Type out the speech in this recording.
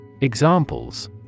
Examples